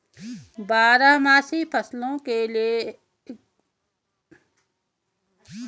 बारहमासी फसलों के उत्पादन के लिए कौन कौन से जैविक एवं रासायनिक खादों का प्रयोग किया जाता है?